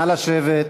נא לשבת.